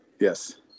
Yes